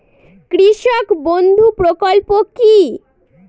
কৃষক বন্ধু প্রকল্প কি?